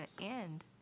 end